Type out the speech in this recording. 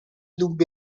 dubbi